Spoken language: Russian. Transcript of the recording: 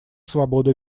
свобода